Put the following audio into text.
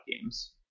games